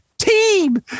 team